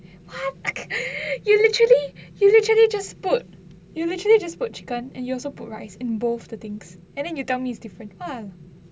what like you literally you literally just put you literally just put chicken and you also put rice in both the things and then you tell me is different !wah!